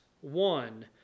one